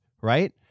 right